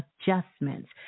adjustments